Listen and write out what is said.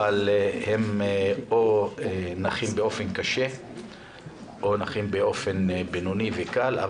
אבל הם או נכים באופן קשה או נכים באופן בינוני וקל,